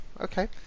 Okay